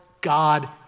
God